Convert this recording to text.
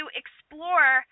explore